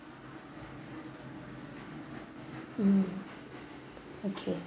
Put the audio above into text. mm okay